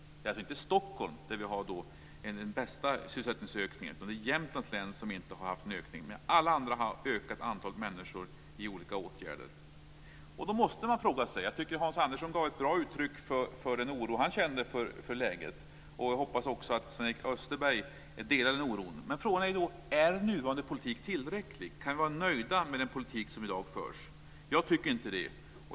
Det var alltså inte i Stockholm där vi har den bästa sysselsättningsökningen, utan det var i Jämtlands län som inte har haft en ökning. I alla andra län har antalet människor i olika åtgärder ökat. Jag tycker att Hans Andersson gav ett bra uttryck för den oro som han känner över läget. Jag hoppas också att Sven-Erik Österberg delar den oron. Men frågan är då: Är nuvarande politik tillräcklig? Kan vi vara nöjda med den politik som i dag förs? Jag tycker inte det.